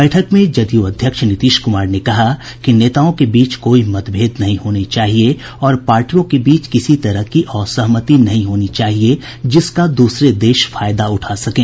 बैठक में जनता दल यूनाइटेड अध्यक्ष नीतीश कुमार ने कहा कि नेताओं के बीच कोई मतभेद नहीं होने चाहिये और पार्टियों के बीच किसी तरह की असहमति नहीं होनी चाहिये जिसका दूसरे देश फायदा उठा सकें